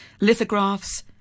lithographs